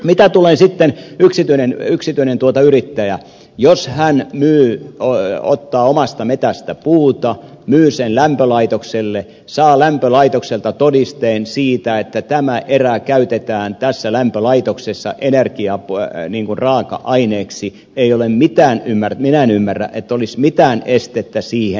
mitä tulee sitten yksityiseen yrittäjään jos hän myy ottaa omasta metsästä puuta myy sen lämpölaitokselle saa lämpölaitokselta todisteen siitä että tämä erä käytetään tässä lämpölaitoksessa energiaraaka aineeksi minä en ymmärrä että olisi mitään estettä siihen